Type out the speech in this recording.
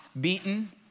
beaten